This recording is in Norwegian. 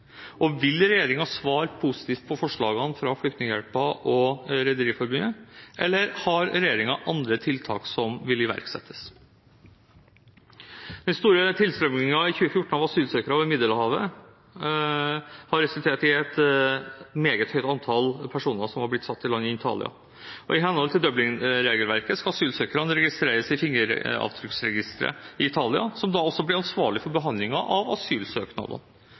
forslagene fra Flyktninghjelpen og Rederiforbundet, eller har regjeringen andre tiltak som vil iverksettes? Den store tilstrømmingen i 2014 av asylsøkere over Middelhavet har resultert i et meget høyt antall personer som har blitt satt i land i Italia. I henhold til Dublin-regelverket skal asylsøkerne registreres i fingeravtrykkregisteret i Italia, som da også blir ansvarlig for behandlingen av asylsøknadene.